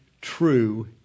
true